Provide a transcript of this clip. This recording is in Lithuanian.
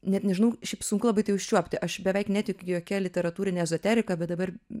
net nežinau šiaip sunku labai tai užčiuopti aš beveik netikiu jokia literatūrine ezoterika bet dabar